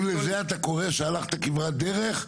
אם לזה אתה קורא שהלכת כברת דרך,